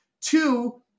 Two